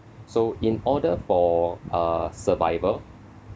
so in order for uh survival